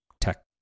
tech